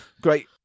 Great